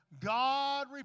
God